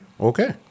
Okay